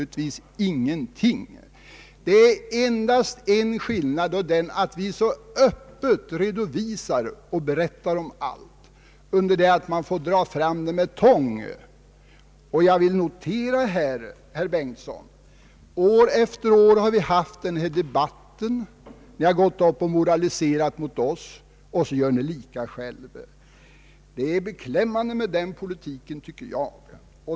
Det finns bara en skillnad, nämligen att vi öppet redovisar och berättar om allt, under det att man vad er beträffar får dra fram det med tång! År efter år har vi den här debatten. Ni moraliserar mot oss, och så gör ni likadant själva, herr Bengtson. Det är beklämmande tycker jag.